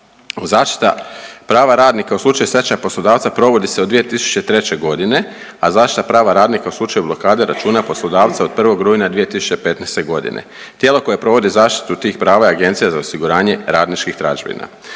Zaštita prava radnika u slučaju stečaja poslodavca provodi se od 2003.g., a zaštita prava radnika u slučaju blokade računa poslodavca od 1. rujna 2015.g.. Tijelo koje provodi zaštitu tih prava je Agencija za osiguranje radničkih tražbina.